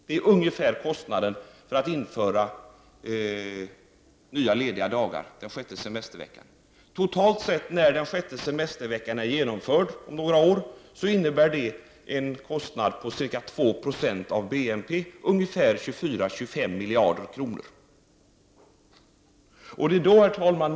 Det är den ungefärliga kostnaden för att införa den sjätte semesterveckan. När den sjätte semesterveckan om några år är genomförd innebär den totalt sett en kostnad på ca 2 20 av BNP, ca 24-25 miljarder kronor. Herr talman!